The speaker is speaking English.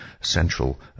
central